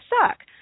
suck